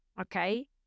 okay